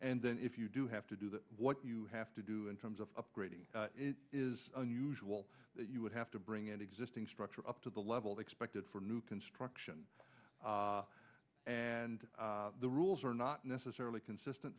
and then if you do have to do that what you have to do in terms of upgrading it is unusual that you would have to bring it existing structure up to the level expected for new construction and the rules are not necessarily consistent